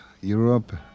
Europe